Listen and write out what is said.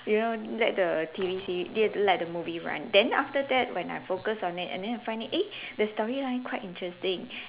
you know let the T_V series d~ let the movie run then after that when I focus on it and then I find it eh the storyline quite interesting